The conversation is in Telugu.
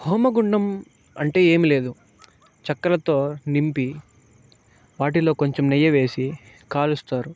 హోమగుండం అంటే ఏం లేదు చక్కలతో నింపి వాటిలో కొంచెం నెయ్యి వేసి కాలుస్తారు